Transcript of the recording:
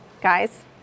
guys